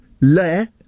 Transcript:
le